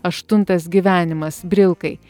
aštuntas gyvenimas brilkai